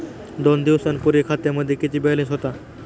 दोन दिवसांपूर्वी खात्यामध्ये किती बॅलन्स होता?